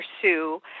pursue